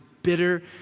bitter